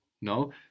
No